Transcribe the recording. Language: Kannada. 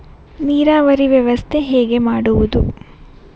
ನೀರಾವರಿ ವ್ಯವಸ್ಥೆ ಹೇಗೆ ಮಾಡುವುದು?